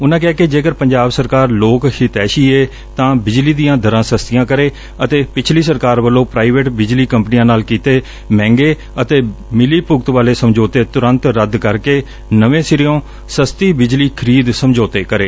ਉਨੂਾ ਕਿਹਾ ਕਿ ਜੇਕਰ ਪੰਜਾਬ ਸਰਕਾਰ ਲੋਕ ਹਿਤੈਸ਼ੀ ਏ ਤਾਂ ਬਿਜਲੀ ਦੀਆਂ ਦਰਾਂ ਸਸਤੀਆਂ ਕਰੇ ਅਤੇ ਪਿਛਲੀ ਸਰਕਾਰ ਵੱਲੋਂ ਪ੍ਾਈਵੇਟ ਬਿਜਲੀ ਕੰਪਨੀਆਂ ਨਾਲ ਕੀਤੇ ਮਹਿੰਗੇ ਅਤੇ ਮਿਲੀ ਭੁਗਤ ਵਾਲੇ ਸਮਝੌਤੇ ਤੁਰੰਤ ਰੱਦ ਕਰਕੇ ਨਵੇਂ ਸਿਰਿਉਂ ਸਸਤੇ ਬਿਜਲੀ ਖਰੀਦ ਸਮਝੌਤੇ ਕਰੇ